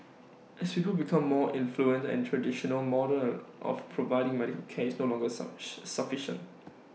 as people become more affluent the traditional model of providing medical care is no longer sufficient sufficiention